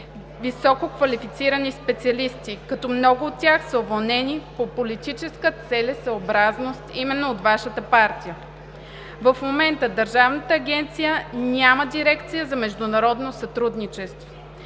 висококвалифицирани специалисти, като много от тях са уволнени по политическа целесъобразност именно от Вашата партия. В момента Държавната агенция няма дирекция за международно сътрудничество